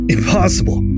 Impossible